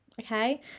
okay